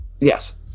Yes